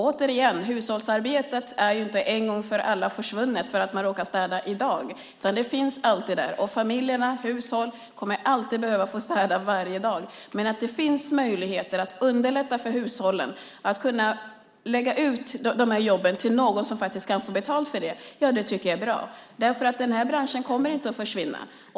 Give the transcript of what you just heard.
Återigen: Hushållsarbetet är inte en gång för alla försvunnet för att man råkar städa i dag, utan det finns alltid där. Familjerna, hushållen, kommer alltid att behöva städa varje dag. Det finns möjligheter att underlätta för hushållen att lägga ut de här jobben till någon som kan få betalt för det. Det tycker jag är bra. Den här branschen kommer inte att försvinna.